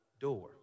door